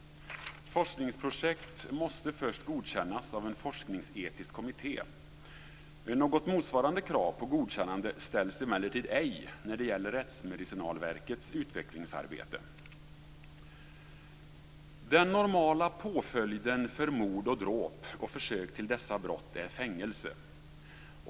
Forskningsprojekt måste först godkännas av en forskningsetisk kommitté. Något motsvarande krav på godkännande ställs emellertid ej när det gäller Rättsmedicinalverkets utvecklingsarbete. Den normala påföljden för mord och dråp och försök till dessa brott är fängelse.